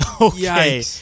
Okay